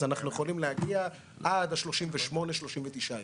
אז אנחנו יכולים להגיע עד ה-38 או 39 ימים.